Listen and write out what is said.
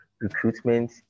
recruitment